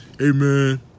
amen